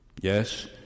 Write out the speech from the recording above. Yes